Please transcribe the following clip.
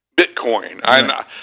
Bitcoin